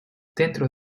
dentro